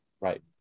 right